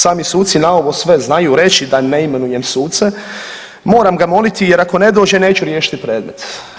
Sami suci na ovo sve znaju reći da ne imenujem suce, moram ga moliti jer ako ne dođe neću riješiti predmet.